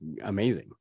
amazing